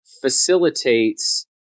facilitates